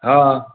हा